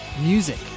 Music